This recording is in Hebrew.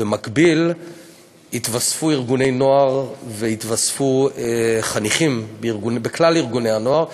במקביל התווספו ארגוני נוער והתווספו חניכים בכלל ארגוני הנוער,